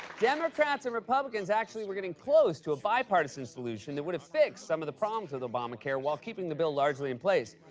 democrats and republicans actually were getting close to a bipartisan solution that would have fixed some of the problems with obamacare while keeping the bill largely in place.